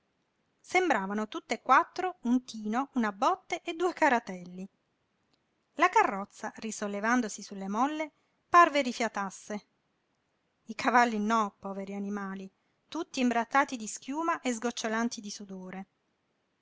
gemelle sembravano tutt'e quattro un tino una botte e due caratelli la carrozza risollevandosi sulle molle parve rifiatasse i cavalli no poveri animali tutti imbrattati di schiuma e sgocciolanti di sudore